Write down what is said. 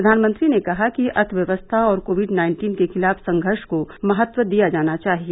प्रधानमंत्री ने कहा कि अर्थव्यवस्था और कोविड नाइन्टीन के खिलाफ संघर्ष को महत्व दिया जाना चाहिए